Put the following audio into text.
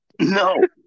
no